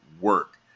work